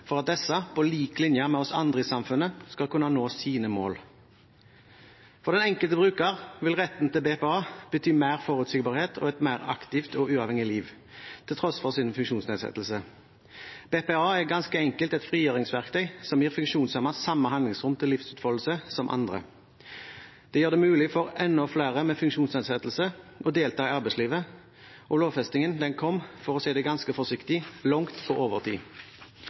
for at disse, på lik linje med oss andre i samfunnet, skal kunne nå sine mål. For den enkelte bruker vil retten til BPA bety mer forutsigbarhet og et mer aktivt og uavhengig liv til tross for sin funksjonsnedsettelse. BPA er ganske enkelt et frigjøringsverktøy som gir funksjonshemmede samme handlingsrom til livsutfoldelse som andre. Det gjør det mulig for enda flere med funksjonsnedsettelse å delta i arbeidslivet, og lovfestingen kom langt på overtid – for å si det ganske forsiktig.